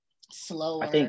slower